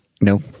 No